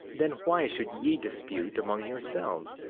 then why should ye dispute among yourselves,